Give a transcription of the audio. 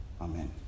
Amen